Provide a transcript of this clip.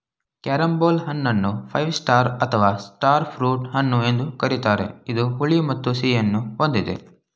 carambola ಹಣ್ಣನ್ನು five star ಅಥವಾ star fruit ಹಣ್ಣು ಎಂದು ಕರಿತಾರೆ ಇದು ಹುಳಿ ಮತ್ತು ಸಿಹಿಯನ್ನು ಹೊಂದಿದೆ